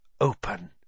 Open